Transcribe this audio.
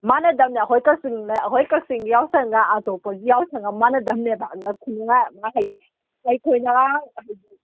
ꯃꯥꯅꯗꯝꯅꯤ ꯑꯩꯈꯣꯏ ꯀꯥꯛꯆꯤꯡꯗ ꯑꯩꯈꯣꯏ ꯀꯛꯆꯤꯡꯒꯤ ꯌꯥꯎꯁꯪꯒ ꯑꯇꯣꯞꯄꯒꯤ ꯌꯥꯎꯁꯪꯒ ꯃꯅꯗꯝꯅꯦꯕ ꯑꯗꯨꯅ ꯈꯨꯅꯨꯡꯉꯥꯏ ꯑꯃ ꯍꯥꯏꯗꯤ ꯑꯩꯈꯣꯏꯅ ꯍꯥꯏꯗꯤ